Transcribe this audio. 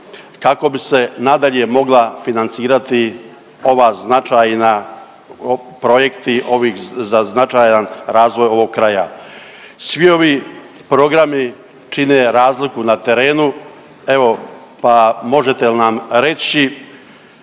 kako bi se nadalje mogla financirati ova značajna projekti ovi za značajan razvoj ovog kraja. Svi ovi programi čine razliku na terenu, evo pa možete li nam reći